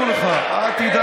אבל מה?